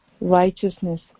righteousness